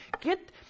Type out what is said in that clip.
get